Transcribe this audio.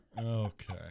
Okay